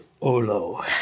Olo